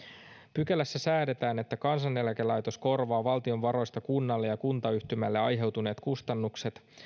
pykälässä säädetään että kansaneläkelaitos korvaa valtion varoista kunnalle ja kuntayhtymälle aiheutuneet kustannukset